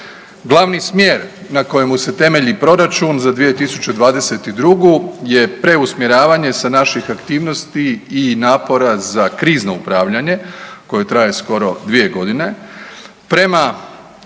Glavni smjer na kojemu se temelji proračun za 2022. je preusmjeravanje sa naših aktivnosti i napora za krizno upravljanje koje traje skoro dvije godine prema